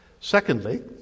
secondly